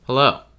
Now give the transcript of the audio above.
hello